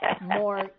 more